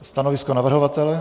Stanovisko navrhovatele?